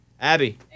Abby